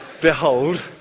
behold